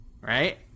right